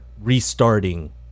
restarting